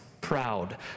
proud